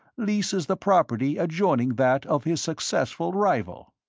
leases the property adjoining that of his successful rival.